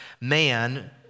man